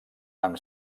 amb